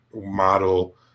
model